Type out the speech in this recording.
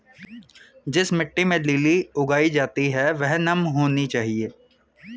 जिस मिट्टी में लिली उगाई जाती है वह नम होनी चाहिए